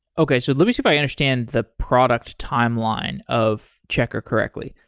okay. so let me see if i understand the product timeline of checkr correctly.